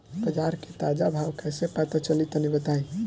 बाजार के ताजा भाव कैसे पता चली तनी बताई?